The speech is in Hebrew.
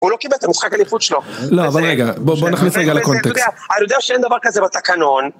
הוא לא קיבל את המשחק אליפות שלו. לא, אבל רגע, בואו נכניס רגע לקונטקסט. אני יודע שאין דבר כזה בתקנון.